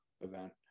event